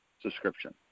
subscription